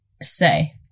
say